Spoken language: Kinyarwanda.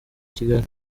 kigali